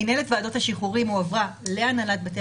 מינהלת ועדות השחרורים הועברה להנהלת בתי